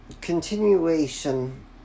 continuation